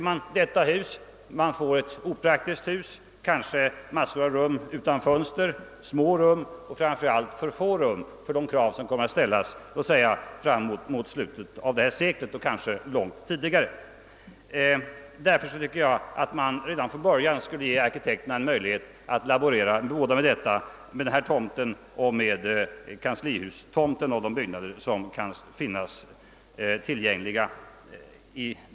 Man får då bygga ett opraktiskt hus, kanske med ett stort antal rum utan fönster, med små och framför allt för få rum i förhållande till de krav som komer att ställas fram emot slutet av detta sekel eller kanske långt tidigare. Jag tycker därför att man redan från början skulle ge arkitekterna en möjlighet att laborera både med den föreslagna tomten och med kanslihustomten liksom även med de omgivande byggnader som kan finnas tillgängliga.